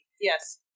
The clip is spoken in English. yes